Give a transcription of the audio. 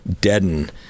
deaden